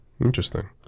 Interesting